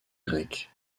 grec